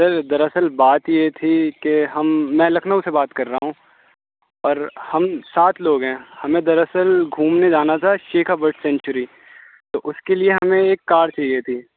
سر دراصل بات یہ تھی کہ ہم میں لکھنؤ سے بات کر رہا ہوں پر ہم سات لوگ ہیں ہمیں دراصل گھومنے جانا تھا شیکھا برڈ سیکنچری تو اُس کے لیے ہمیں ایک کار چاہیے تھی